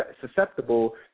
susceptible